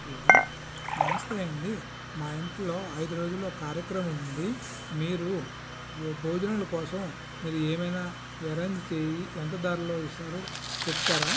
hello నమస్తే అండి మా ఇంట్లో ఐదు రోజుల్లో ఒక కార్యక్రమం ఉంది మీరు భోజనాల కోసం మీరు ఏమైనా అరేంజ్ చేయి ఎంత ధరలో ఇస్తారో చెబుతారా